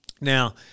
Now